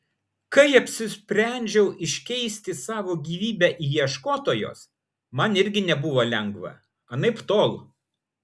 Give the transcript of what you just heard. kai apsisprendžiau iškeisti savo gyvybę į ieškotojos man irgi nebuvo lengva anaiptol